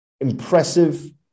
impressive